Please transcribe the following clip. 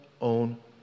own